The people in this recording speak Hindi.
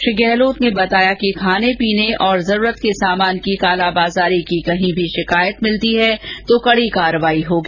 श्री गहलोत ने बताया कि खाने पीने और जरूरत के सामान की कालाबाजारी की कहीं भी शिकायत मिलती है तो कड़ी कार्रवाई होगी